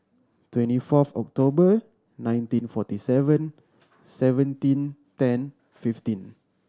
twenty fourth October nineteen forty seven seventeen ten fifteen